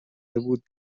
بود